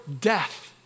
death